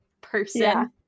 person